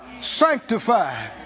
sanctified